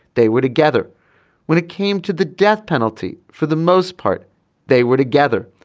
they were together when it came to the death penalty for the most part they were together.